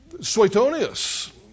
Suetonius